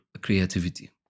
creativity